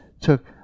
took